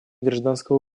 гражданского